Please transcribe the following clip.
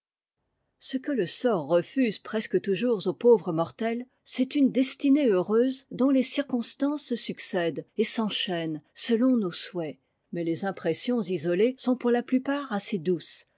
ce que le sort refuse presque toujours aux pauvres mortels c'est une destinée heureuse dont les circonstances se succèdent et s'enchaînent selon nos souhaits mais les impressions isolées sont pour la plupart assez douces